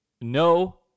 no